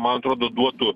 man atrodo duotų